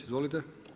Izvolite.